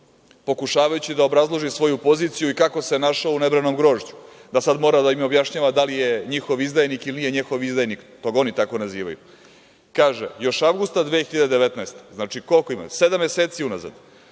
pokušavajući da obrazloži svoju poziciju i kako se našao u nebranom grožđu, da sad mora da im objašnjava da li je njihov izdajnik ili nije njihov izdajnik, to ga oni tako nazivaju. Kaže, još avgusta 2019. godine, znači, koliko ima, sedam meseci unazad,